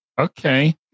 Okay